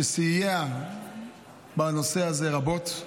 שסייע בנושא הזה רבות.